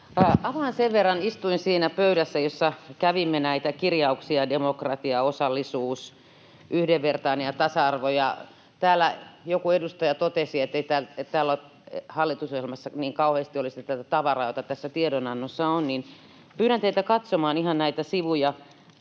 Avaan tämän verran: Istuin siinä pöydässä, jossa kävimme näitä kirjauksia — ”demokratia”, ”osallisuus”, ”yhdenvertainen” ja ”tasa-arvo”. Kun täällä joku edustaja totesi, ettei täällä hallitusohjelmassa niin kauheasti olisi tätä tavaraa, jota tässä tiedonannossa on, niin pyydän teitä katsomaan ihan näitä sivuja